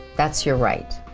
that's your right.